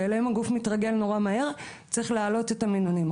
שאליהן הגוף מתרגל נורא מהר וצריך להעלות את המינונים.